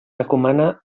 recomana